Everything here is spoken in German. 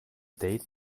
date